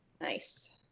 Nice